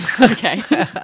Okay